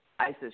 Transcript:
ISIS